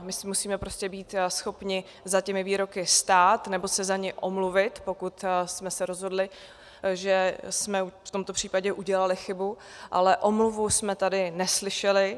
My si musíme prostě být schopni za těmi výroky stát, nebo se za ně omluvit, pokud jsme se rozhodli, že jsme v tomto případě udělali chybu, ale omluvu jsme tady neslyšeli.